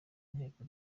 inteko